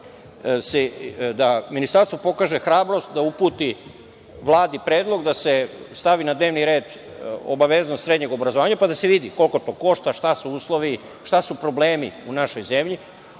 da Ministarstvo pokaže hrabrost i da uputi Vladi predlog da se stavi na dnevni red obaveznost srednjeg obrazovanja, pa da se vidi koliko to košta, šta su uslovi, šta su problemi u našoj zemlji,